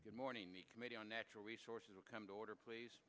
good morning the committee on natural resources will come to order please